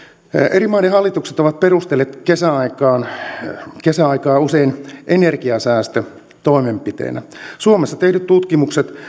eri maiden hallitukset ovat perustelleet kesäaikaa usein energiansäästötoimenpiteenä suomessa tehdyt tutkimukset